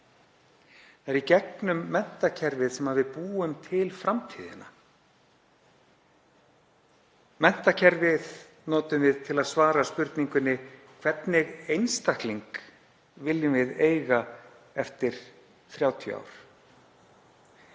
Það er í gegnum menntakerfið sem við búum framtíðina til. Menntakerfið notum við til að svara spurningunni: Hvernig einstakling viljum við eiga eftir 30 ár?